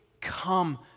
come